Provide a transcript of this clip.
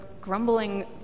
grumbling